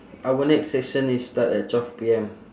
our next session is start at twelve P_M